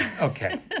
Okay